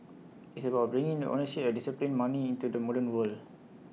it's about bringing the ownership of disciplined money into the modern world